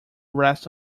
rest